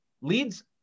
leads